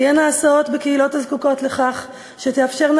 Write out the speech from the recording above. תהיינה הסעות בקהילות הזקוקות לכך שתאפשרנה